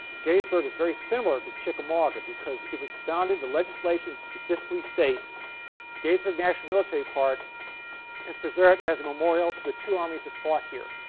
gettysburg is very similar to chickamauga because it was founded, the legislation specifically states gettysburg national military park is preserved as a memorial to the two armies that fought here,